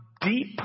deep